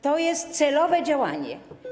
To jest celowe działanie.